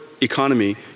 economy